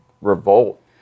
revolt